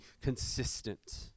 consistent